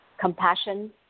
compassion